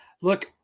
Look